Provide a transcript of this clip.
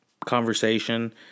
conversation